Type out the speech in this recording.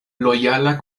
lojala